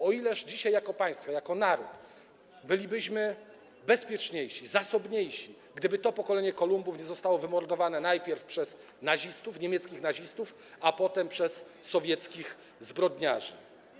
O ileż dzisiaj jako państwo, jako naród bylibyśmy bezpieczniejsi, zasobniejsi, gdyby to pokolenie Kolumbów nie zostało wymordowane najpierw przez nazistów, niemieckich nazistów, a potem przez sowieckich zbrodniarzy.